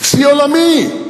שיא עולמי,